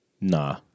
Nah